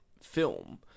film